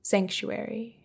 Sanctuary